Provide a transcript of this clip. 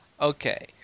Okay